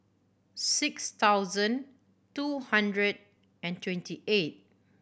six thousand two hundred and twenty eight